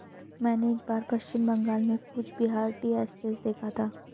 मैंने एक बार पश्चिम बंगाल में कूच बिहार टी एस्टेट देखा था